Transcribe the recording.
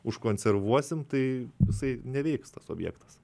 užkonservuosim tai jisai neveiks tas objektas